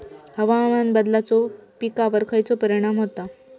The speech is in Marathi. हवामान बदलाचो पिकावर खयचो परिणाम होता?